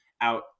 out